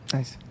Nice